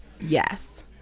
yes